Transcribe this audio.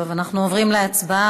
טוב, אנחנו עוברים להצבעה.